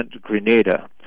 Grenada